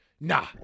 Nah